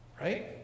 Right